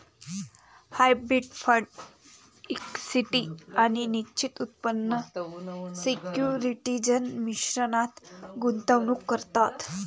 hybrid fund equity आणि निश्चित उत्पन्न सिक्युरिटीज मिश्रणात गुंतवणूक करतात